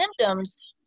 symptoms